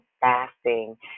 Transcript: fasting